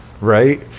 right